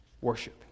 worship